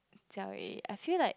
Jia-Wei I feel like